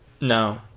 no